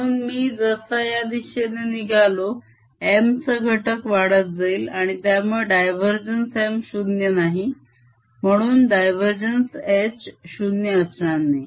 म्हणून मी जसा या दिशेने निघालो M चा घटक वाढत जाईल आणि त्यामुळे div M 0 नाही म्हणून div H 0 असणार नाही